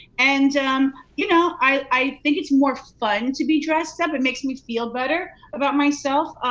and um you know i think it's more fun to be dressed up. it makes me feel better about myself.